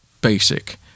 basic